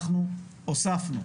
אנחנו הוספנו,